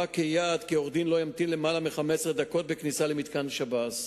כיעד כי עורך-דין לא ימתין יותר מ-15 דקות בכניסה למתקן שב"ס.